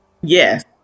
Yes